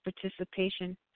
participation